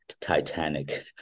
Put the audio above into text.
titanic